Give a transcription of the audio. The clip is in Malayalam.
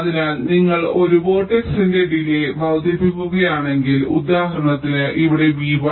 അതിനാൽ നിങ്ങൾ ഒരു വെർട്ടെക്സിന്റെ ഡിലേയ് വർദ്ധിപ്പിക്കുകയാണെങ്കിൽ ഉദാഹരണത്തിന് ഇവിടെ v1